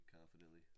confidently